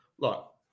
Look